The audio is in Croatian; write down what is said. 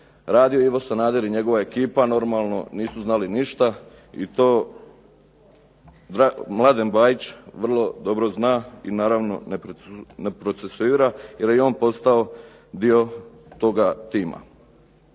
radio Ivo Sanader i njegova ekipa, normalno nisu znali ništa. I to Mladen Bajić vrlo dobro zna i naravno ne procesuira, jer je i on postao dio toga tima.